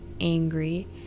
angry